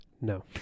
No